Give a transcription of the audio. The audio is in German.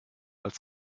als